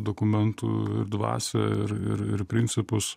dokumentų dvasią ir ir principus